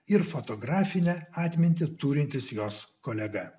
ir fotografinę atmintį turintis jos kolega